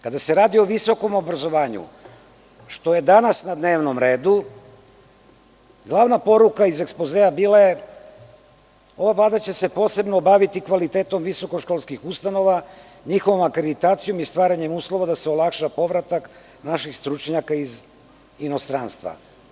Kada se radi o visokom obrazovanju, što je danas na dnevnom redu, glavna poruka iz ekspozea bila je – ova Vlada će se posebno baviti kvalitetom visokoškolskih ustanova, njihovom akreditacijom i stvaranjem uslova da se olakša povratak naših stručnjaka iz inostranstvo.